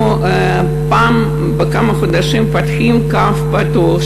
פעם בכמה חודשים אנחנו פותחים קו פתוח,